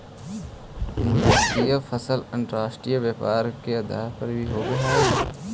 नगदी फसल अंतर्राष्ट्रीय व्यापार के आधार भी होवऽ हइ